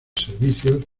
servicios